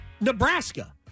Nebraska